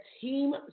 team